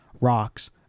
rocks